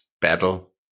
battle